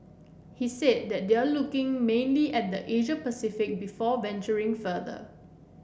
he said that they are looking mainly at the Asia Pacific before venturing further